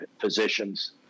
physicians